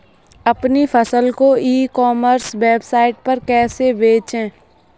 अपनी फसल को ई कॉमर्स वेबसाइट पर कैसे बेचें?